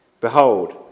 Behold